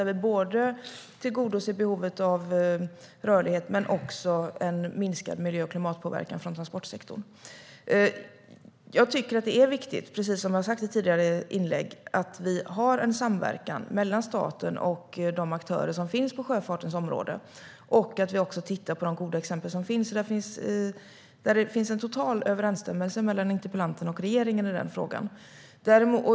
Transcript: Med den tillgodoser vi både behovet av rörlighet och minskad klimat och miljöpåverkan från transportsektorn. Jag tycker, precis som jag har sagt i tidigare inlägg, att det är viktigt att vi har samverkan mellan staten och de aktörer som finns på sjöfartens område och att vi tittar på de goda exempel som finns. I den frågan finns det en total överensstämmelse mellan interpellanten och regeringen.